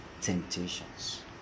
temptations